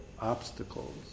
obstacles